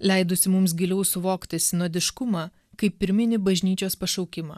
leidusi mums giliau suvokti sinodiškumą kaip pirminį bažnyčios pašaukimą